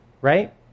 Right